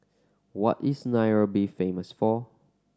what is Nairobi famous for